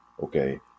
Okay